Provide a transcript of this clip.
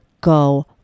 go